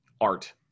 art